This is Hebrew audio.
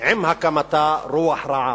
עם הקמתה רוח רעה,